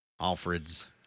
Alfred's